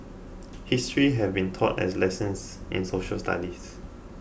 history have been taught as lessons in social studies